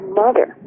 mother